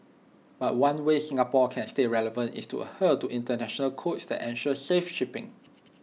but one way Singapore can stay relevant is to adhere to International codes that ensure safe shipping